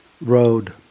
road